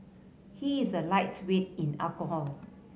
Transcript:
he is a lightweight in alcohol